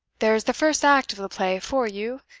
there is the first act of the play for you!